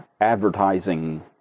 advertising